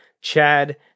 Chad